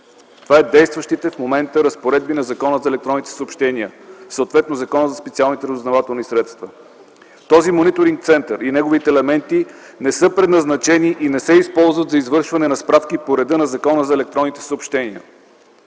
Това са действащите в момента разпоредби на Закона за електронните съобщения, съответно Закона за специалните разузнавателни средства: „Този мониторинг център и неговите елементи не са предназначени и не се използват за извършване на справки по реда на Закона за електронните съобщения.